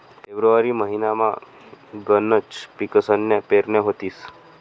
February महिनामा गनच पिकसन्या पेरण्या व्हतीस